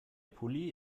pulli